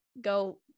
go